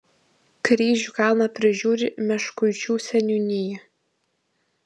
kryžių kalną prižiūri meškuičių seniūnija